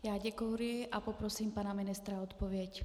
Já děkuji a poprosím pana ministra o odpověď.